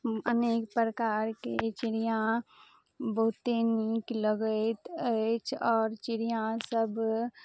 अनेक प्रकारके चिड़िऑं बहुते नीक लगैत अछि आओर चिड़िऑं सब